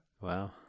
Wow